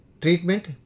Treatment